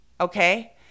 Okay